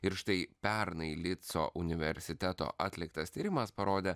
ir štai pernai lico universiteto atliktas tyrimas parodė